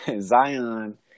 Zion